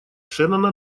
шеннона